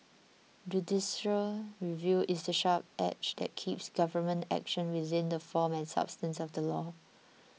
judicial review is the sharp edge that keeps government action within the form and substance of the law